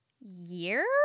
year